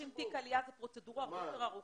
כי אז הם צריכים תיק עלייה וזה פרוצדורה יותר ארוכה.